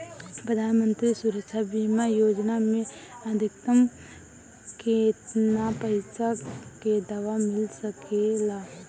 प्रधानमंत्री सुरक्षा बीमा योजना मे अधिक्तम केतना पइसा के दवा मिल सके ला?